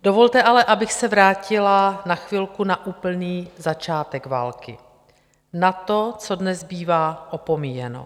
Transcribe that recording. Dovolte ale, abych se vrátila na chvilku na úplný začátek války, na to, co dnes bývá opomíjeno.